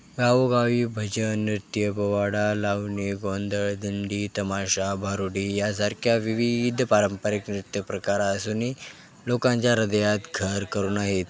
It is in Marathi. गावोगावी भजन नृत्य पोवाडा लावणी गोंधळ दिंडी तमाशा भारुडे यासारख्या विविध पारंपरिक नृत्य प्रकार अजूनही लोकांच्या ह्रदयात घर करून आहेत